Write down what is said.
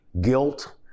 guilt